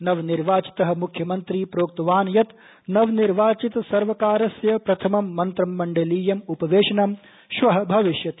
नवनिर्वाचितः म्ख्यमंत्री प्रोक्तवान यत नवनिर्वाचित सर्वकारस्य प्रथमं मंत्रिमंडलीयम उपवेशनं श्वः भविष्यति